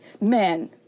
men